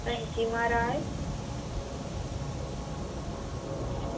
अंजी म्हाराज